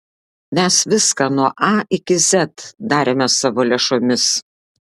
mes viską nuo a iki z darėme savo lėšomis